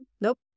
nope